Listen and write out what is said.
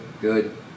good